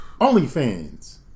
OnlyFans